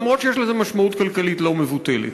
אף שיש לזה משמעות כלכלית לא מבוטלת.